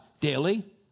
Daily